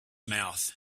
mouth